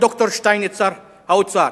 שר האוצר.